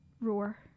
Roar